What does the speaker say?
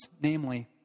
namely